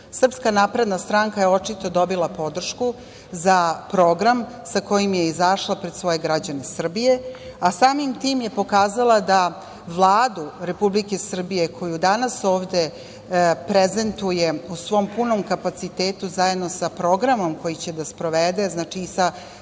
to. Srpska napredna stranka je očito dobila podršku za program sa kojim je izašla pred građane Srbije, a samim tim je pokazala da Vladu Republike Srbije, koju danas ovde prezentuje u svom punom kapacitetu zajedno sa programom koji će da sprovede i sa